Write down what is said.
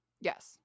Yes